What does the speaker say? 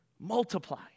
Multiply